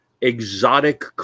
exotic